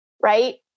Right